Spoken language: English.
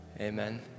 Amen